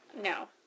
No